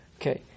Okay